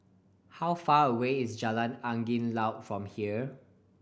how far away is Jalan Angin Laut from here